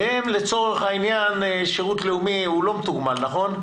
ולצורך העניין, שירות לאומי לא מתוגמל, נכון?